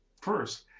first